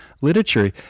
literature